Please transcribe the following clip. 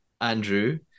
Andrew